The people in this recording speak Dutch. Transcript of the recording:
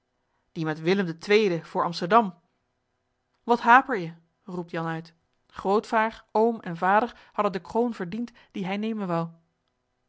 die met willem den tweeden voor amsterdam wat haper je roept jan uit grootvaêr oom en vader hadden de kroon verdiend die hij nemen wou